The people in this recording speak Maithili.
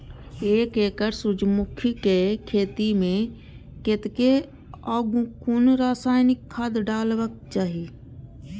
एक एकड़ सूर्यमुखी केय खेत मेय कतेक आ कुन रासायनिक खाद डलबाक चाहि?